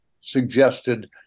suggested